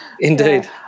Indeed